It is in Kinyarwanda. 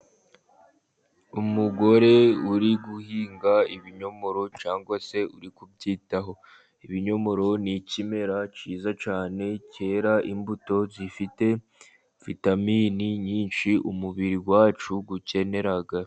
Umugore uri guhinga ibinyomoro cyangwa se uri kubyitaho. Ibinyomoro ni ikimera cyiza cyane cyera imbuto zifite vitamini nyinshi umubiri wacu ukenera.